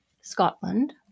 Scotland